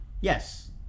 yes